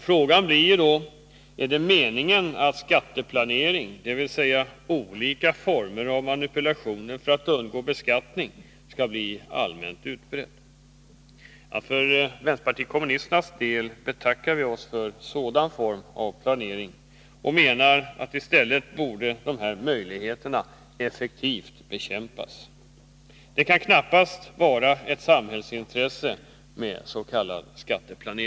Frågan blir då om det är meningen att skatteplanering, dvs. olika former av manipulationer för att undgå beskattning, skall bli allmänt utbredd. För vpk:s del betackar vi oss för sådan planering och menar i stället att dessa möjligheter borde effektivt bekämpas. S. k. skatteplanering kan knappast vara ett samhällsintresse.